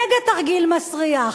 זה מגה-תרגיל-מסריח.